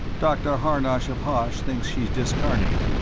dr. harnosh of hosh thinks she's discarnate.